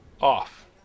Off